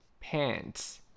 pants